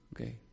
Okay